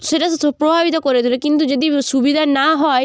সেটা প্রভাবিত করে তোলে কিন্তু যদি সুবিধার না হয়